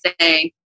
say